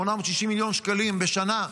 860 מיליון שקלים בשנה,